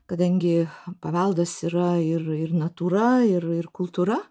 kadangi paveldas yra ir ir natūra ir ir kultūra